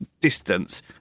distance